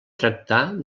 tractar